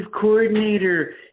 coordinator